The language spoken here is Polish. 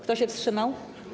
Kto się wstrzymał?